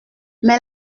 mais